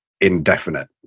indefinite